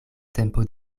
tempo